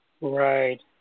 Right